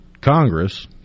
Congress